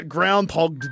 Groundhog